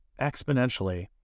exponentially